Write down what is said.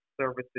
services